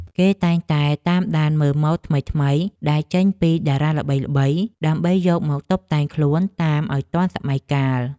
គេតែងតែតាមដានមើលម៉ូដថ្មីៗដែលចេញពីតារាល្បីៗ ដើម្បីយកមកតុបតែងខ្លួនតាមឱ្យទាន់សម័យកាល។